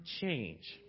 change